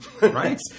right